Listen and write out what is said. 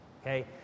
Okay